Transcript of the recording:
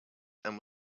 and